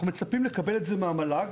אנחנו מצפים לקבל את זה מהמל"ג